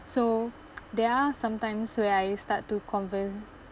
so there are some times where I start to converse